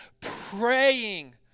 praying